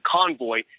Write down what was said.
convoy